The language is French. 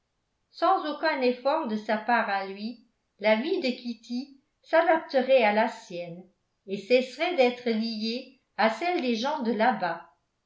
sans aucun effort de sa part à lui la vie de kitty s'adapterait à la sienne et cesserait d'être liée à celle des gens de là-bas